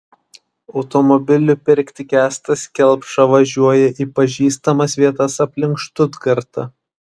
automobilių pirkti kęstas kelpša važiuoja į pažįstamas vietas aplink štutgartą